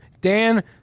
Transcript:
dan